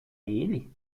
ele